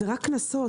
אלה רק קנסות.